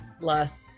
last